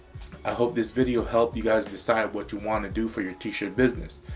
i hope this video helped you guys decide what you want to do for your t-shirt business.